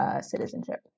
Citizenship